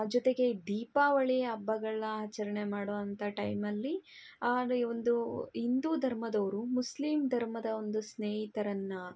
ಜೊತೆಗೆ ದೀಪಾವಳಿ ಹಬ್ಬಗಳ್ನ ಆಚರಣೆ ಮಾಡೋವಂಥ ಟೈಮಲ್ಲಿ ಆಗ ಒಂದು ಹಿಂದೂ ಧರ್ಮದವ್ರು ಮುಸ್ಲಿಮ್ ಧರ್ಮದ ಒಂದು ಸ್ನೇಹಿತರನ್ನು